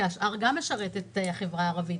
כי השאר גם משרת את החברה הערבית.